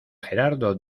gerardo